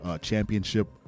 championship